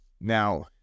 Now